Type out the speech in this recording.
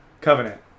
Covenant